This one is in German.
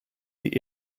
die